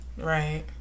Right